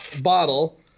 bottle